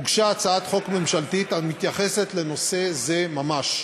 הוגשה הצעת חוק ממשלתית המתייחסת לנושא זה ממש.